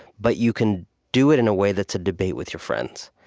but you can do it in a way that's a debate with your friends.